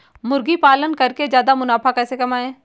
मुर्गी पालन करके ज्यादा मुनाफा कैसे कमाएँ?